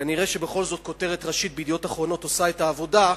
כנראה בכל זאת כותרת ראשית ב"ידיעות אחרונות" עושה את העבודה,